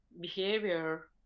behavior